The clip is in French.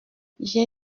j’ai